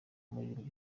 umuririmbyi